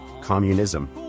communism